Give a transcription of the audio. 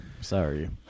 Sorry